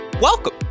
Welcome